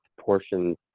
portions